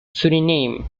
suriname